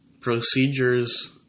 procedures